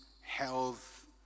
health